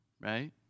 right